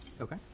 Okay